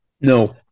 no